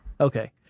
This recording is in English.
Okay